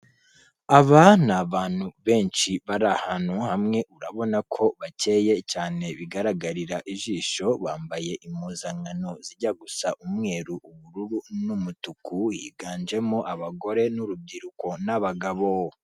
Aba ni abantu benshi bari ahantu hamwe urabona ko bakeye cyane bigaragarira ijisho, bambaye impuzankano zijya gusa umweru, ubururu, n'umutuku, higanjemo abagore n'urubyiruko n'abagabo.